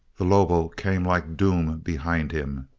the lobo came like doom behind him.